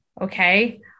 okay